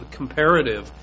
comparative